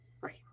Right